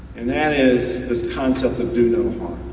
and that is this concept of do no harm.